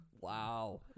Wow